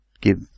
give